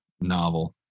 novel